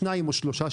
שניים או שלושה.